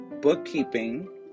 bookkeeping